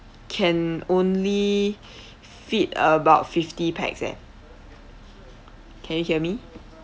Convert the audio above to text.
can only fit about fifty pax eh can you hear me